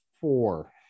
Four